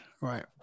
right